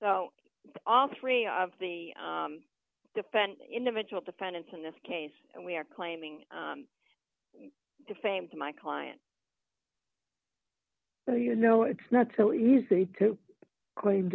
so all three of the defense individual defendants in this case we are claiming defamed my client so you know it's not so easy to claim